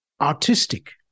Artistic